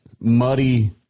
muddy